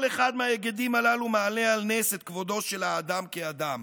כל אחד מההיגדים הללו מעלה על נס את כבודו של האדם כאדם,